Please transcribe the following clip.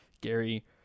Gary